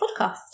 podcast